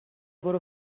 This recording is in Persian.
برو